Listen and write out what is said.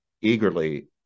eagerly